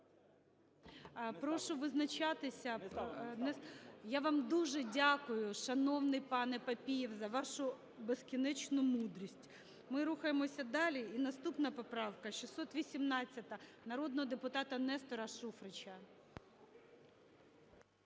ГОЛОВУЮЧИЙ. Я вам дуже дякую, шановний пане Папієв, за вашу безкінечну мудрість. Ми рухаємося далі. І наступна поправка 618 народного депутата Нестора Шуфрича.